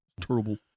terrible